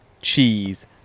cheese